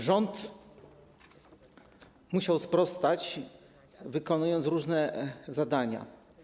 Rząd musiał sprostać, wykonując różne zadania.